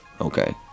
okay